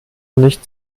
nicht